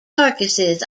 carcasses